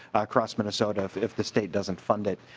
across minnesota if if the state doesn't fund it.